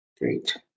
Great